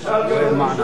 תשאל את היושב-ראש.